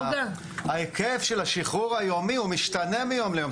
ההיקף של השחרור היומי הוא משתנה מיום ליום.